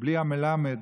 ובלי המלמד,